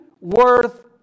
worth